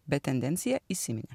bet tendenciją įsiminė